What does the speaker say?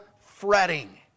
fretting